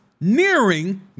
nearing